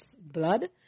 blood